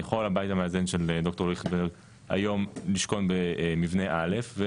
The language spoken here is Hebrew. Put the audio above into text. יכול הבית המאזן של ד"ר ליכטנברג היום לשכון במבנה א'.